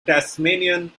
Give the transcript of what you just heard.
tasmanian